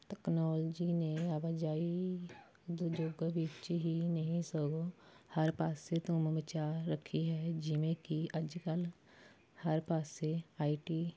technology ਨੇ ਆਵਾਜਾਈ ਦੇ ਯੁੱਗ ਵਿੱਚ ਹੀ ਨਹੀਂ ਸਗੋਂ ਹਰ ਪਾਸੇ ਧੂਮ ਮਚਾ ਰੱਖੀ ਹੈ ਜਿਵੇਂ ਕਿ ਅੱਜ ਕੱਲ੍ਹ ਹਰ ਪਾਸੇ ਆਈ ਟੀ